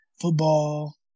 football